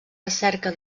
recerca